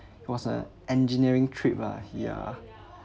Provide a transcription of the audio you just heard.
it was a engineering trip lah yeah